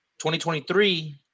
2023